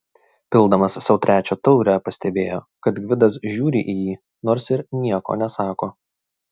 pildamas sau trečią taurę pastebėjo kad gvidas žiūri į jį nors ir nieko nesako